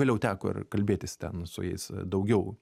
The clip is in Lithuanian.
vėliau teko ir kalbėtis ten su jais daugiau